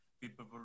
people